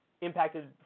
impacted